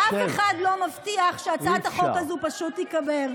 אף אחד לא מבטיח שהצעת החוק הזאת פשוט תתקבל.